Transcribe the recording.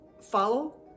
follow